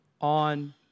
on